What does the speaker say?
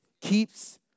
keeps